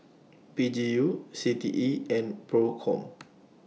P G U C T E and PROCOM